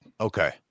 Okay